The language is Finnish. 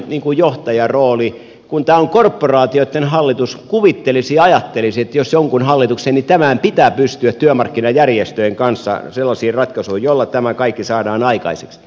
kun tämä on korporaatioitten hallitus kuvittelisi ja ajattelisi että jos jonkun niin tämän hallituksen pitää pystyä työmarkkinajärjestöjen kanssa sellaisiin ratkaisuihin joilla tämä kaikki saadaan aikaiseksi